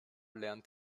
lernt